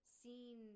seen